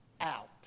out